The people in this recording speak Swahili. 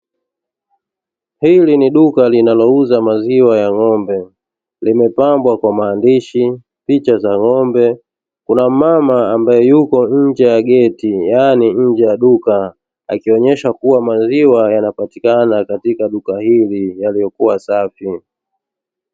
Hili ni duka linalouza maziwa ya ng`ombe, limepambwa kwa maandishi, picha za ng`ombe. Kuna mmama ambae yuko nje ya geti yaani nje ya duka, akionyesha kuwa maziwa yanapatikana katika duka hili, yaliyokuwa safi.